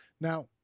Now